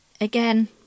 Again